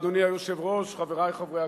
אריה ביבי, בעד זאב בילסקי,